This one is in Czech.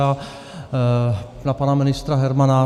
A na pana ministra Hermana.